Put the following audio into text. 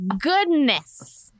goodness